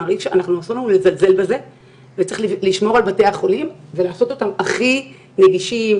אסור לנו לזלזל בזה וצריך לשמור על בתי החולים ולעשות אותם הכי נגישים,